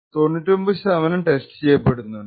99 ശതമാനം ടെസ്റ്റ് ചെയ്യപ്പെടുന്നുണ്ട്